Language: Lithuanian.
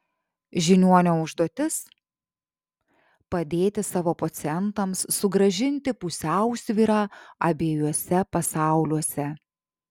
žiniuonio užduotis padėti savo pacientams sugrąžinti pusiausvyrą abiejuose pasauliuose